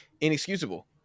Inexcusable